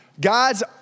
God's